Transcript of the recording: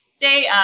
day